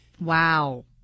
Wow